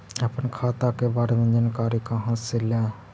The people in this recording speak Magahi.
अपन खाता के बारे मे जानकारी कहा से ल?